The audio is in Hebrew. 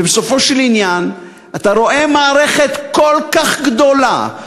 ובסופו של עניין אתה רואה מערכת כל כך גדולה,